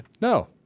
No